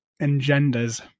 engenders